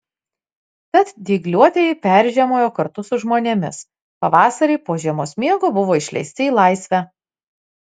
tad dygliuotieji peržiemojo kartu su žmonėmis pavasarį po žiemos miego buvo išleisti į laisvę